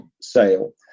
sale